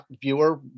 viewer